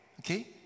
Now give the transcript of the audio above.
Okay